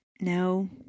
no